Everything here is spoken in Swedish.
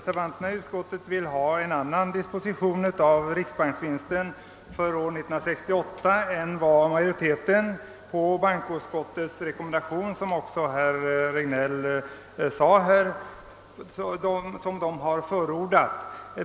Herr talman! Reservanterna vill ha en annan disposition av riksbanksvinsten för år 1968 än vad utskottets majoritet har rekommenderat och förordat.